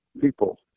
people